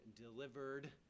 delivered